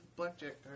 blackjack